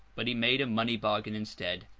but he made a money-bargain instead,